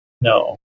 No